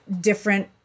different